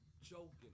joking